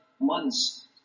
months